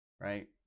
Right